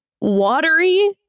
Watery